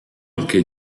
anche